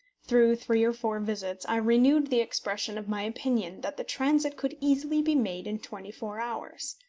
through three or four visits, i renewed the expression of my opinion that the transit could easily be made in twenty-four hours.